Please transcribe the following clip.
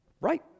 Right